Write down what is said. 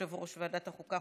יושב-ראש ועדת החוקה,